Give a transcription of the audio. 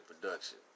production